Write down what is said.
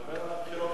דבר על הבחירות